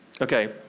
Okay